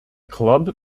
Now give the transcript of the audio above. club